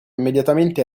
immediatamente